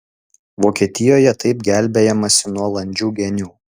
vokietijoje taip gelbėjamasi nuo landžių genių